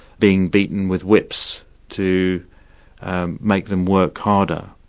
being beaten with whips to make them work harder.